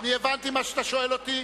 הבנתי מה שאתה שואל אותי.